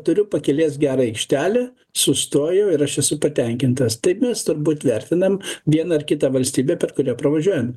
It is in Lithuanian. turiu pakelės gerą aikštelę sustojau ir aš esu patenkintas taip mes turbūt vertinam vieną ar kitą valstybę per kurią pravažiuojam